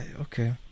Okay